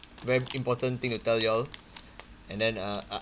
very important thing to tell you all and then uh I